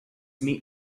meet